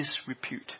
disrepute